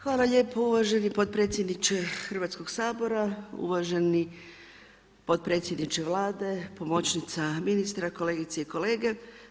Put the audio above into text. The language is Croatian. Hvala lijepo uvaženi potpredsjedniče Hrvatskog sabora, uvaženi potpredsjedniče Vlade, pomoćnica ministra, kolegice i kolege.